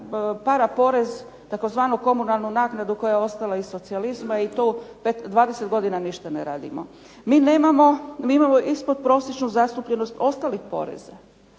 paraporez, tzv. komunalnu naknadu koja je ostala iz socijalizma i to 20 godina ništa ne radimo. Mi nemamo ili imamo ispodprosječnu zastupljenost ostalih poreza.